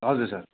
हजुर सर